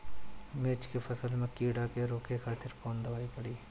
मिर्च के फसल में कीड़ा के रोके खातिर कौन दवाई पड़ी?